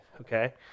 Okay